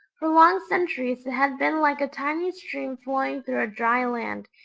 for long centuries it had been like a tiny stream flowing through a dry land,